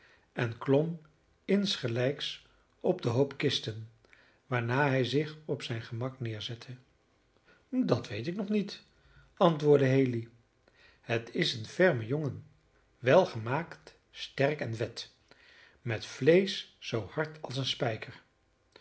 en klom insgelijks op den hoop kisten waarna hij zich op zijn gemak neerzette dat weet ik nog niet antwoordde haley het is een ferme jongen welgemaakt sterk en vet met vleesch zoo hard als een spijker